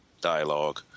dialogue